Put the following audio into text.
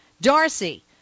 Darcy